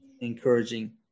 encouraging